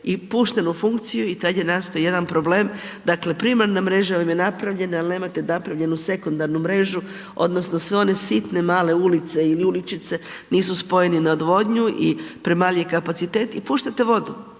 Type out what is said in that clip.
nemate napravljenu i tad je nastao jedan problem, dakle, primarna mreža vam je napravljena, al nemate napravljenu sekundarnu mrežu odnosno sve one sitne male ulice ili uličice nisu spojeni na odvodnju i premal je kapacitet i puštate vodu